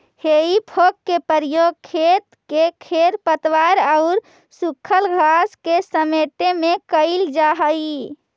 हेइ फोक के प्रयोग खेत से खेर पतवार औउर सूखल घास के समेटे में कईल जा हई